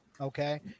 Okay